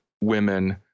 women